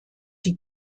die